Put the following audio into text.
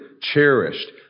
cherished